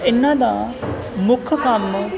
ਇਹਨਾਂ ਦਾ ਮੁੱਖ ਕੰਮ